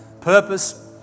purpose